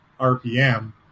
RPM